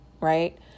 right